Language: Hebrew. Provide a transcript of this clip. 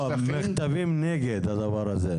מכתבים נגד הדבר הזה.